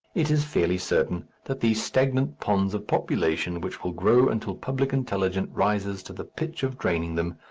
it is fairly certain that these stagnant ponds of population, which will grow until public intelligence rises to the pitch of draining them,